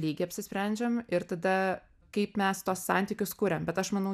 lygį apsisprendžiam ir tada kaip mes tuos santykius kuriam bet aš manau